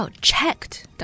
checked